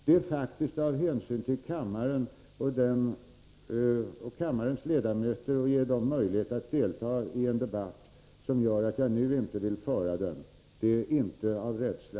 Det är faktiskt av hänsyn till kammaren och dess ledamöter, för att ge dem möjlighet att delta i denna debatt, som jag nu inte vill föra den. Det är inte av rädsla.